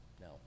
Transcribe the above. no